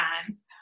times